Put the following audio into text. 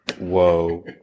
whoa